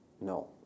no